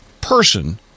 person